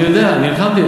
אני יודע, אני נלחמתי.